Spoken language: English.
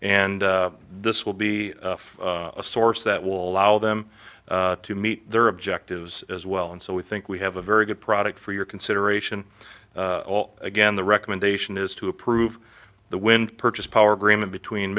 and this will be a source that will allow them to meet their objectives as well and so we think we have a very good product for your consideration all again the recommendation is to approve the wind purchase power agreement between